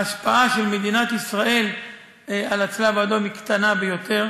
ההשפעה של מדינת ישראל על הצלב האדום היא קטנה ביותר.